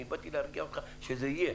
אני באתי להרגיע אותך ולומר לך שזה יהיה.